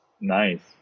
nice